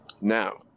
now